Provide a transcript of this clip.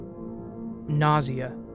Nausea